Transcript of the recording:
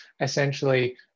essentially